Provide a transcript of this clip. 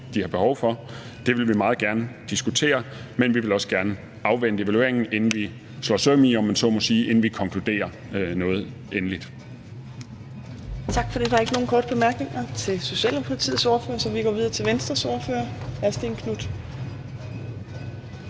de har behov for? Det vil vi meget gerne diskutere, men vi vil også gerne afvente evalueringen, inden vi, om man så må sige, slår søm i, inden vi konkluderer noget endeligt. Kl. 14:55 Fjerde næstformand (Trine Torp): Tak for det. Der er ikke nogen korte bemærkninger til Socialdemokratiets ordfører. Så vi går videre til Venstres ordfører, hr. Stén Knuth.